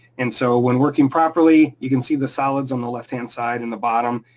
and so, when working properly, you can see the solids on the left hand side, in the bottom.